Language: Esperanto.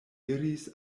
iris